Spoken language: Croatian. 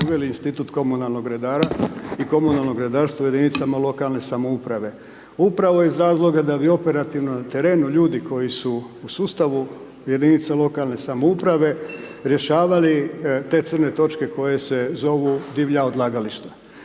uveli institut komunalnog redara i komunalnog redarstva u jedinicama lokalne samouprave. Upravo iz razloga da bi operativno na terenu ljudi koji su u sustavu jedinica lokalne samouprave rješavali te crne točke koje se zovu divlja odlagališta